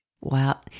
Wow